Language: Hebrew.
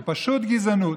זאת פשוט גזענות.